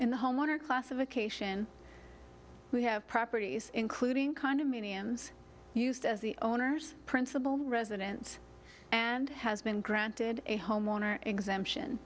in the homeowner classification we have properties including condominiums used as the owner's principal residence and has been granted a homeowner exemption